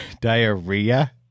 Diarrhea